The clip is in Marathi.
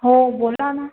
हो बोला ना